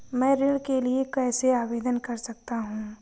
मैं ऋण के लिए कैसे आवेदन कर सकता हूं?